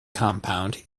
compound